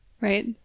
right